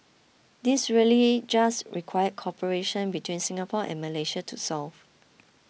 these really just required cooperation between Singapore and Malaysia to solve